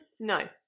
No